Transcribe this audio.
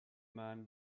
man